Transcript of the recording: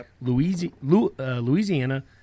Louisiana